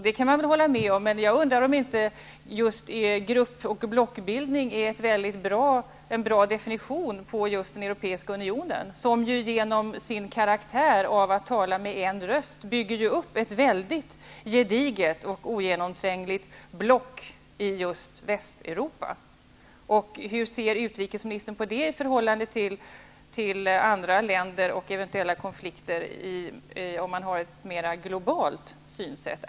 Det kan man väl hålla med om, men jag undrar om inte just grupp och blockbildning är en mycket bra definition av just den europeiska unionen, som genom sin karaktär av att tala med en röst bygger upp ett mycket gediget och ogenomträngligt block i just Västeuropa. Hur ser utrikesmininstern på det i förhållande till andra länder och eventuella konflikter med utgångspunkt i ett mer globalt synsätt?